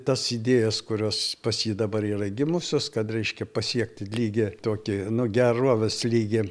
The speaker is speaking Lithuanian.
tas idėjas kurios pas jį dabar yra gimusios kad reiškia pasiekti lygį tokį nu gerovės lygį